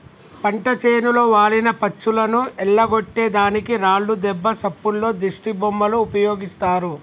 పంట చేనులో వాలిన పచ్చులను ఎల్లగొట్టే దానికి రాళ్లు దెబ్బ సప్పుల్లో దిష్టిబొమ్మలు ఉపయోగిస్తారు